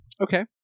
okay